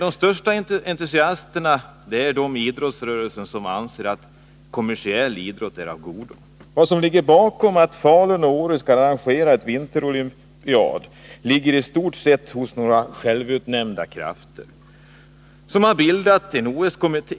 De största entusiasterna är de inom idrottsrörelsen som anser att kommersiell idrott är av godo. Bakom tanken att Falun och Åre skall arrangera ett vinter-OS ligger i stort sett självutnämnda personer som har bildat en OS-kommitté.